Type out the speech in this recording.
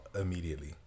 immediately